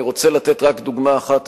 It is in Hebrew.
אני רוצה לתת רק דוגמה אחת,